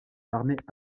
l’armée